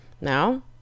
now